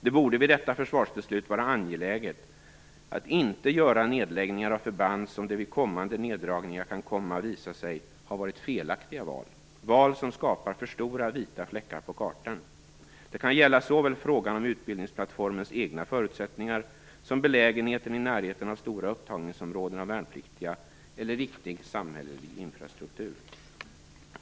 Det borde vid detta försvarsbeslut vara angeläget att inte göra nedläggningar av förband som vid kommande neddragningar kan visa sig ha varit felaktiga val, val som skapar för stora vita fläckar på kartan. Det kan gälla såväl frågan om utbildningsplattformens egna förutsättningar som belägenheten i närheten av stora upptagningsområden av värnpliktiga eller viktig samhällelig infrastruktur.